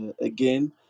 again